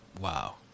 Wow